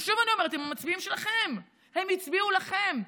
ושוב אני אומרת, הם המצביעים שלכם, הם הצביעו לכם.